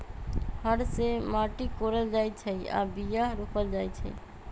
हर से माटि कोरल जाइ छै आऽ बीया रोप्ल जाइ छै